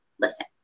Listen